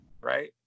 right